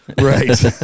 Right